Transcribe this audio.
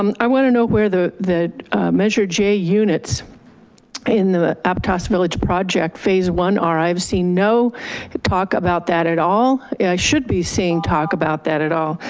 um i want to know where the the measure j units in the aptos village project phase one are i've seen no talk about that at all. i should be seeing talk about that at all.